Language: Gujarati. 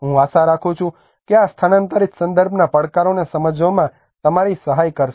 હું આશા રાખું છું કે આ સ્થાનાંતરિત સંદર્ભના પડકારોને સમજવામાં તમારી સહાય કરશે